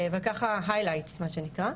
היילייטס, מה שנקרא.